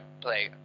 play